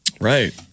Right